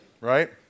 right